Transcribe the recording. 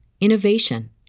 innovation